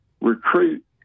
recruit